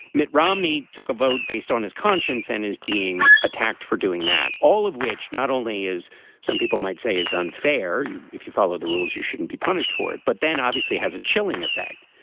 mitt romney took a vote based on his conscience and is being attacked for doing that. all of which not only is some people might say is unfair. if you follow the rules, you shouldn't be punished for it. but then obviously has a chilling effect.